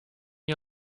you